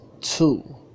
two